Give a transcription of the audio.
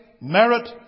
merit